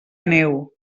neu